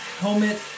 helmet